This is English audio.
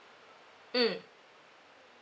mm